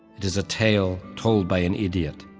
it is a tale told by an idiot,